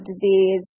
disease